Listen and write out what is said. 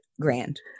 grand